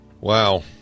Wow